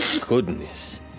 goodness